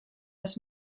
this